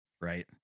Right